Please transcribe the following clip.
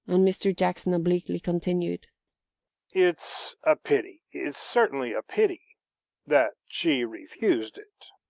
and mr. jackson obliquely continued it's a pity it's certainly a pity that she refused it.